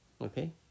Okay